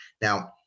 Now